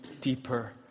deeper